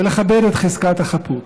ולכבד את חזקת החפות.